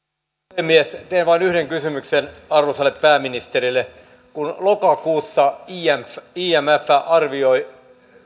puhemies teen vain yhden kysymyksen arvoisalle pääministerille kun lokakuussa imf imf arvioi